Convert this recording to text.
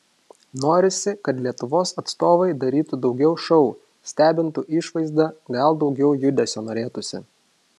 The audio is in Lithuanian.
norisi kad lietuvos atstovai darytų daugiau šou stebintų išvaizda gal daugiau judesio norėtųsi